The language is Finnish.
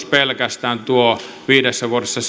pelkästään tuo viidessä vuodessa